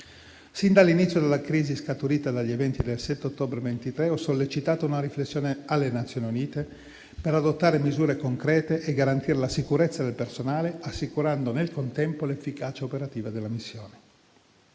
Sin dall'inizio della crisi scaturita dagli eventi del 7 ottobre 2023, ho sollecitato una riflessione alle Nazioni Unite per adottare misure concrete e garantire la sicurezza del personale, assicurando nel contempo l'efficacia operativa della missione.